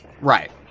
Right